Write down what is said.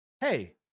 hey